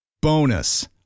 Bonus